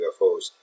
UFOs